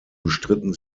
bestritten